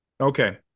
Okay